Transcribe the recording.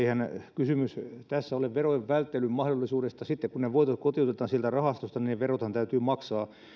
eihän tässä ole kysymys verojen välttelyn mahdollisuudesta sitten kun ne voitot kotiutetaan sieltä rahastosta niin verothan täytyy maksaa